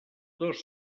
dos